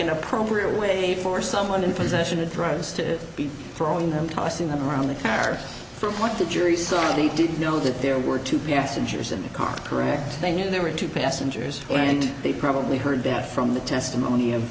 an appropriate way for someone in possession of drugs to be throwing them tossing them around the car for what the jury saw didn't know that there were two passengers in the car correct they knew there were two passengers and they probably heard back from the testimony of